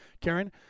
Karen